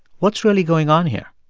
what's really going on here?